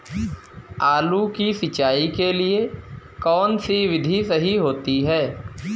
आलू की सिंचाई के लिए कौन सी विधि सही होती है?